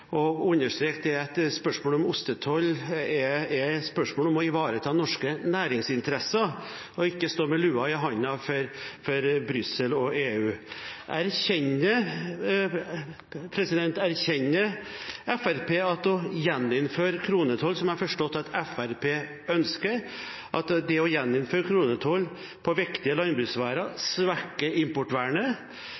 understreke at spørsmål om ostetoll er spørsmål om å ivareta norske næringsinteresser, at man ikke står med lua i hånda for Brussel og EU. Erkjenner Fremskrittspartiet at det å gjeninnføre kronetoll på viktige landbruksvarer, som jeg har forstått at Fremskrittspartiet ønsker, svekker importvernet? Og erkjenner Fremskrittspartiet at det